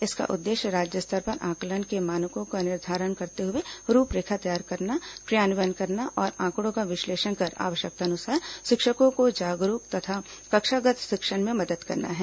इसका उद्देश्य राज्य स्तर पर आंकलन के मानकों का निर्धारण करते हुए रूपरेखा तैयार करना क्रियान्वयन करना और आंकड़ों का विश्लेषण कर आवश्यकतानुसार शिक्षकों को जागरूक तथा कक्षागत् शिक्षण में मदद करना है